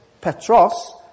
petros